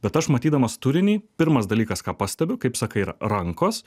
bet aš matydamas turinį pirmas dalykas ką pastebiu kaip sakai yra rankos